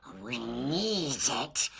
we needs it.